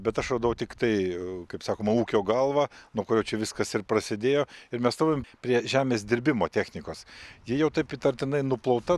bet aš radau tiktai kaip sakoma ūkio galvą nuo kurio čia viskas ir prasidėjo ir mes stovim prie žemės dirbimo technikos ji jau taip įtartinai nuplauta